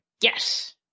Yes